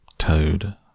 Toad